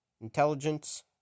Intelligence